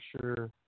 sure